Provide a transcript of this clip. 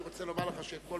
אני רוצה לומר לך שאתמול,